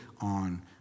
on